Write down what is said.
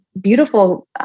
beautiful